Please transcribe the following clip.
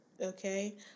Okay